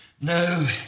No